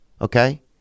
Okay